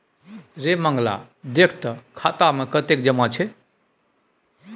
रे मंगला देख तँ खाता मे कतेक जमा छै